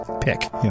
pick